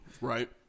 Right